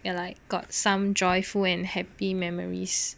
we're like got some joyful and happy memories